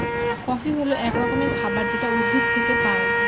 coffee হল এক রকমের খাবার যেটা উদ্ভিদ থেকে পায়